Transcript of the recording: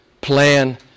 plan